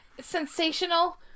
sensational